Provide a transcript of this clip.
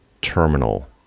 terminal